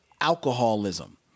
alcoholism